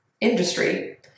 industry